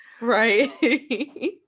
Right